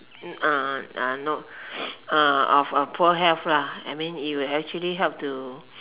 uh uh no uh of uh poor health lah I mean it will actually help to